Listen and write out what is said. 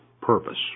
purpose